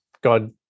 God